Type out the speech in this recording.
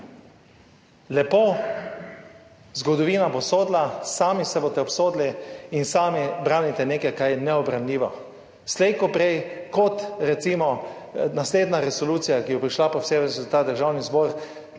Lepo, zgodovina bo sodila, sami se boste obsodili in sami branite nekaj kar je neobranljivo. Slej kot prej, kot recimo naslednja resolucija, ki bo prišla po vsej / nerazumljivo/